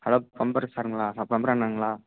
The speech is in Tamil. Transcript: ஹலோ ப்ளம்பர் சாருங்களா ப்ளம்பர் அண்ணாங்களா